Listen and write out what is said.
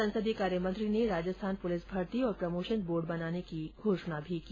संसदीय कार्यमंत्री ने राजस्थान पुलिस भर्ती और प्रमोशन बोर्ड बनाने की घोषणा की